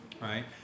right